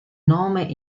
nome